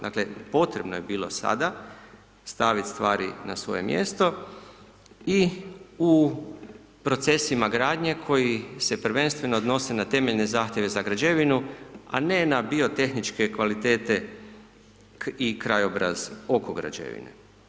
Dakle, potrebno je bilo sada staviti stvari na svoje mjesto i u procesima gradnje koji se prvenstveno odnose na temeljne zahtjeve za građevinu, a ne na bio tehničke kvalitete i krajobraz oko građevine.